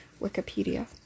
Wikipedia